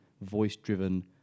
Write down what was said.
voice-driven